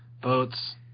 boats